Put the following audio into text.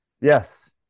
yes